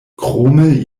krome